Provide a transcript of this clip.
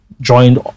joined